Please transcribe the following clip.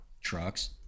trucks